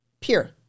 Pure